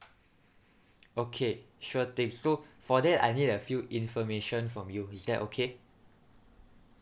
okay sure thing so for that I need a few information from you is that okay